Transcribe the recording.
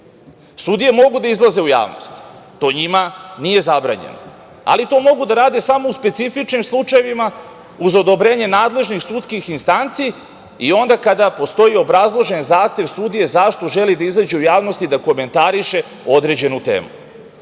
mogu da izlaze u javnost, to njima nije zabranjeno, ali to mogu da rade samo u specifičnim slučajevima, uz odobrenje nadležnih sudskih instanci i onda kada postoji obrazložen zahtev sudije zašto želi da izađe u javnost i da komentariše određenu temu. Čak